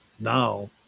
Now